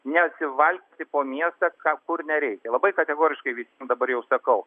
nesivalkioti po miestą ką kur nereikia labai kategoriškai visiem dabar jau sakau